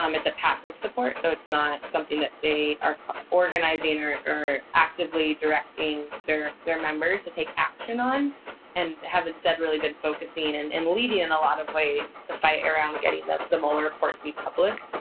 um it's a passive support. so it's not something that they are organizing or are actively directing their their members to take action on and have instead really been focusing and in leading leading in a lot of ways the fight around getting the the mueller report to be public,